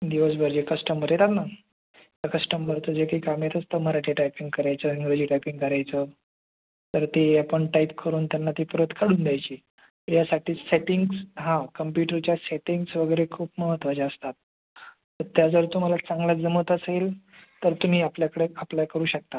दिवसभर जे कस्टंबर येतात ना त्या कस्टंबरचं जे काही काम येतं असतं मराठी टायपिंग करायचं इंग्रजी टायपिंग करायचं तर ते आपण टाईप करून त्यांना ती प्रत काढून द्यायची यासाठी सेटिंग्ज् हा कॉम्प्युटरच्या सेटिंग्ज् वगैरे खूप महत्त्वाच्या असतात तर त्या जर तुम्हाला चांगल्या जमत असेल तर तुम्ही आपल्याकडं अप्लाय करू शकता